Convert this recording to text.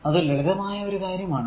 അത് ലളിതമായ ഒരു കാര്യമാണ്